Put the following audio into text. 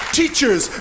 teachers